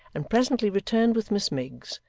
and presently returned with miss miggs,